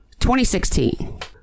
2016